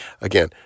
Again